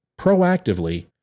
proactively